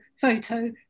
photo